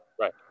Right